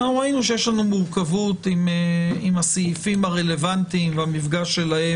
ראינו שיש מורכבות עם הסעיפים הרלוונטיים והמפגש שלהם